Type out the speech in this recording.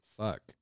Fuck